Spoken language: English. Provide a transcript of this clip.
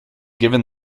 given